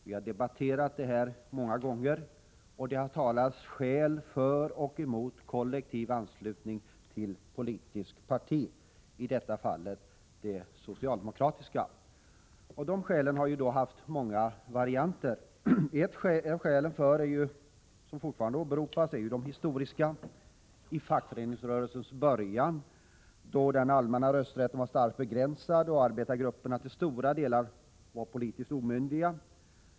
Vi har debatterat det här många gånger, och det har talats om skäl för och emot kollektivanslutning till politiskt parti, i detta fall det socialdemokratiska. Ett skäl som fortfarande åberopas är det historiska. I fackföreningsrörelsens början var rösträtten starkt begränsad, och arbetargrupperna var till stora delar politiskt omyndiga.